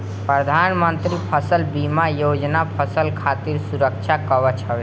प्रधानमंत्री फसल बीमा योजना फसल खातिर सुरक्षा कवच हवे